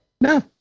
No